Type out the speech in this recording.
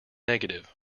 negative